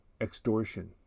extortion